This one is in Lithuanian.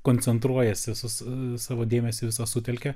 koncentruojasi su savo dėmesį sutelkia